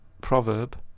proverb